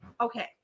okay